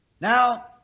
Now